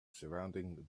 surrounding